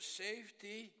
safety